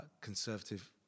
conservative